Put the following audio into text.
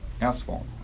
asphalt